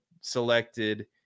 selected